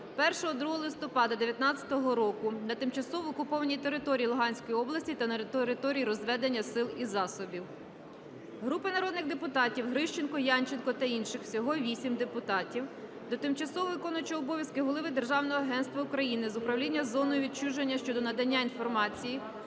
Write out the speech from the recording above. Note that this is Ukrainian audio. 1-2 листопада 2019 року на тимчасово окупованій території Луганської області та на території розведення сил і засобів. Групи народних депутатів (Грищенко, Янченко та інших. Всього 8 депутатів) до тимчасово виконуючого обов'язки Голови Державного агентства України з управління зоною відчуження щодо надання інформації